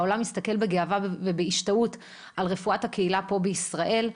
העולם מסתכל בגאווה ובהשתאות על רפואת הקהילה פה בישראל.